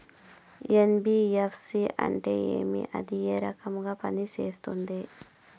NBFC అంటే ఏమి అది ఏ రకంగా పనిసేస్తుంది